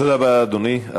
תודה רבה, אדוני.